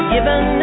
Given